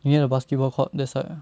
near the basketball court that side